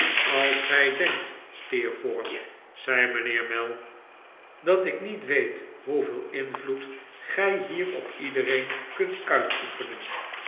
als gij denkt steerforth zei mijnheer mell dat ik niet weet hoeveel invloed gij hier op iedereen kunt uitoefenen